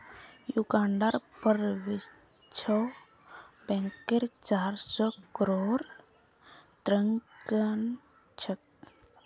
युगांडार पर विश्व बैंकेर चार सौ करोड़ ऋण छेक